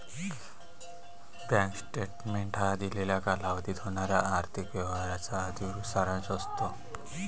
bank statement हा दिलेल्या कालावधीत होणाऱ्या आर्थिक व्यवहारांचा अधिकृत सारांश असतो